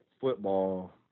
football